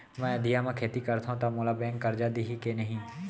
मैं अधिया म खेती करथंव त मोला बैंक करजा दिही के नही?